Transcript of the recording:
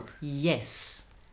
yes